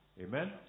Amen